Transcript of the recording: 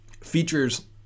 features